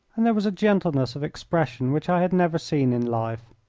and there was a gentleness of expression which i had never seen in life.